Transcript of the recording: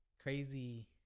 Crazy